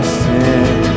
sin